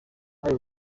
hari